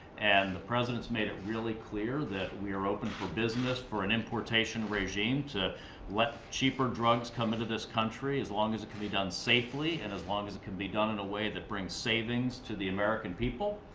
and the president has made it really clear that we're open for business for an importation regime to let cheaper drugs come into this country as long as it can be done safely, and as long as it can be done in a way that brings savings to the american people.